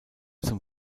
zum